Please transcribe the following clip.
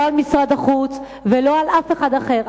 לא על משרד החוץ ולא על אף אחד אחר.